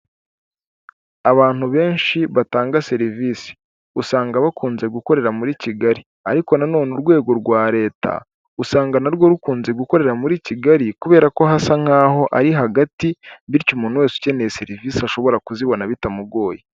Abantu benshi batanga serivisi usanga bakunze gukorera muri Kigali ariko nanone urwego rwa leta usanga narwo rukunze gukorera muri, Kigali kubera ko hasa nk'aho ari hagati bityo umuntu wese ukeneye serivisi ashobora kuzibona bitamugoye.